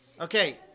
Okay